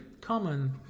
common